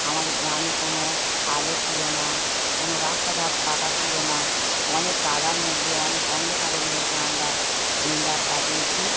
আমাদের গ্রামে কোনো আলো ছিল না কোনো রাস্তাঘাট পাকা ছিল না অনেক কাদার মধ্যে অনেক অন্ধকারের মধ্যে আমরা দিন রাত কাটিয়েছি